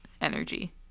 energy